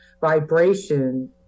vibration